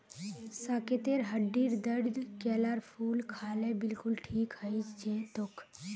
साकेतेर हड्डीर दर्द केलार फूल खा ल बिलकुल ठीक हइ जै तोक